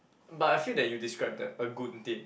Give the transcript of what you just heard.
but I feel that you described the a good date